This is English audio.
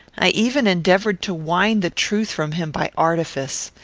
i even endeavoured to wind the truth from him by artifice.